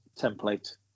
template